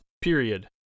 period